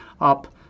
up